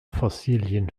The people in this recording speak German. fossilien